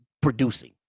producing